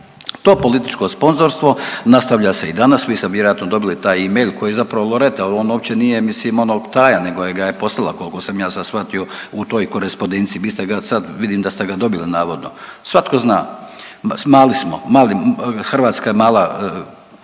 To političko sponzorstvo nastavlja se i danas, vi ste vjerojatno dobili taj e-mail koji je zapravo Loreta jel on uopće nije mislim ono tajan nego ga je poslala koliko sam ja sad shvatio u toj korespondenciji, vi ste ga sad, vidim da ste ga dobili navodno, svatko zna, mali smo, Hrvatska je mala,